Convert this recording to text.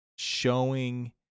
showing